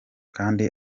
kandi